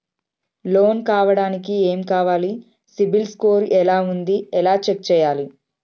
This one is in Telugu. లోన్ కావడానికి ఏమి కావాలి సిబిల్ స్కోర్ ఎలా ఉంది ఎలా చెక్ చేయాలి?